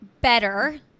better